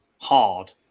hard